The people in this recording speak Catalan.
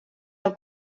del